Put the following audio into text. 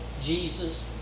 Jesus